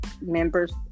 members